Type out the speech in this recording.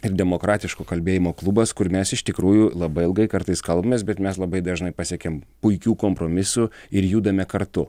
demokratiško kalbėjimo klubas kur mes iš tikrųjų labai ilgai kartais kalbamės bet mes labai dažnai pasiekiam puikių kompromisų ir judame kartu